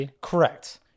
Correct